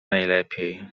najlepiej